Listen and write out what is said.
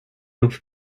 lub